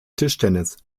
tischtennis